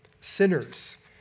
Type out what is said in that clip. sinners